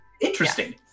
interesting